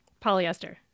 polyester